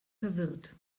verwirrt